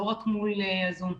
לא רק מול הזום.